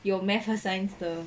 有 math 和 science 的